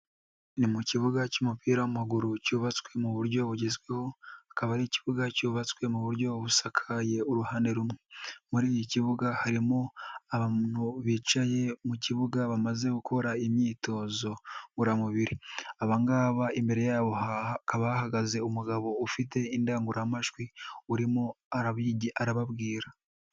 Ni mu kibuga cy'umupira w'amaguru cyubatswe mu buryo bugezweho, akaba ari ikibuga cyubatswe mu buryo busakaye uruhande rumwe. Muri iki kibuga, harimo abantu bicaye mu kibuga bamaze gukora imyitozo ngororamubiri. Abangaba imbere hakaba hahagaze umugabo ufite indangururamajwi urimo arababwira.